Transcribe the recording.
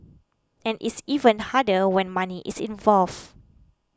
and it's even harder when money is involved